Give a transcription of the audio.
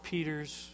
Peter's